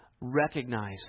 recognize